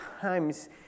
times